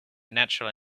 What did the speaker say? natural